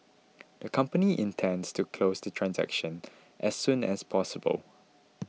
the company intends to close the transaction as soon as possible